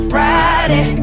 Friday